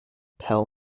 pell